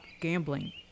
gambling